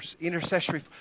intercessory